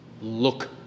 look